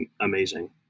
amazing